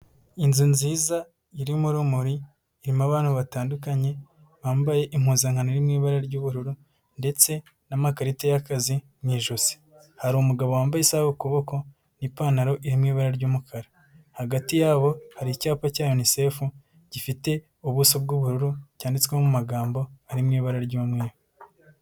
Inzu nziza irimo urumuri, irimo abantu batandukanye bambaye impuzankano iri mu ibara ry'ubururu ndetse n'amakarita y'akazi mu ijosi, hari umugabo wambaye isaha ku kuboko n'ipantaro iri mu ibara ry'umukara, hagati yabo hari icyapa cya UNICEF gifite ubuso bw'ubururu, cyanditswemo amagambo ari mu ibara ry'umweru.